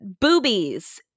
boobies